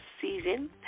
season